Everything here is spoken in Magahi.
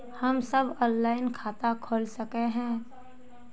हम सब ऑनलाइन खाता खोल सके है?